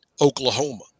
Oklahoma